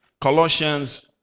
colossians